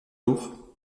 lourd